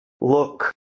Look